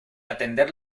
atender